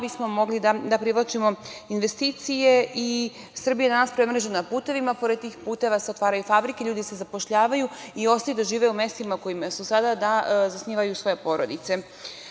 bismo mogli da privlačimo investicije i Srbija je danas premrežena putevima, pored tih puteva se otvaraju fabrike, ljudi se zapošljavaju i ostaju da žive u mestima u kojima su sada i zasnivaju svoje porodice. Sve